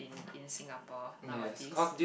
in Singapore nowadays